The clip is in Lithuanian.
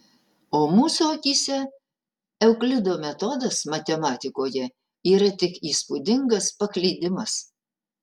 o mūsų akyse euklido metodas matematikoje yra tik įspūdingas paklydimas